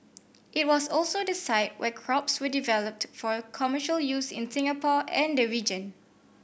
it was also the site where crops were developed for commercial use in Singapore and the region